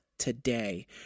Today